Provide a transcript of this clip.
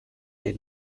did